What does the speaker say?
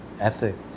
ethics